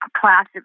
Class